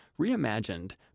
reimagined